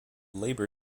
labor